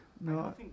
No